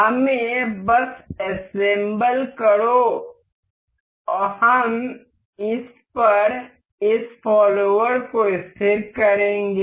हमें बस असेम्ब्ल करो हम इस पर इस फॉलोवर्स को स्थिर करेंगे